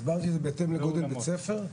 הסברתי את זה בהתאם לגודל בית-ספר,